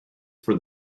for